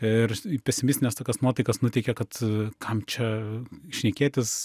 ir į pesimistines tokias nuotaikas nuteikia kad kam čia šnekėtis